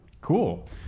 Cool